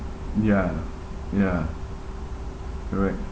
ya ya correct